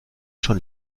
schon